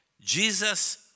Jesus